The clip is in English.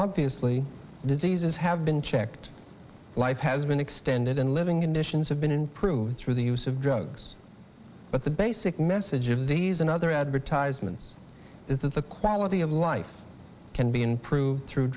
obviously diseases have been checked life has been extended and living conditions have been improved through the use of drugs but the basic message of these and other advertisements is that the quality of life can be improved through